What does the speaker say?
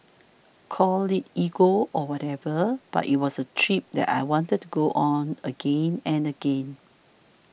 call it ego or whatever but it was a trip that I wanted to go on again and again